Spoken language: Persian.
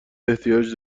احتیاج